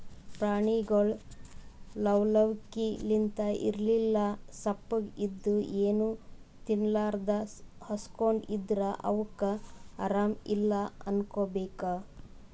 ಪ್ರಾಣಿಗೊಳ್ ಲವ್ ಲವಿಕೆಲಿಂತ್ ಇರ್ಲಿಲ್ಲ ಸಪ್ಪಗ್ ಇದ್ದು ಏನೂ ತಿನ್ಲಾರದೇ ಹಸ್ಕೊಂಡ್ ಇದ್ದರ್ ಅವಕ್ಕ್ ಆರಾಮ್ ಇಲ್ಲಾ ಅನ್ಕೋಬೇಕ್